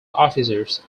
officers